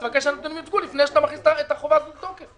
אז תבקש שהנתונים יוצגו לפני שאתה מכניס את החובה הזאת לתוקף.